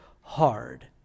hard